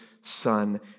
son